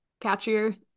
catchier